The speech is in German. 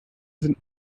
sind